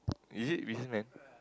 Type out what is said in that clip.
is it businessman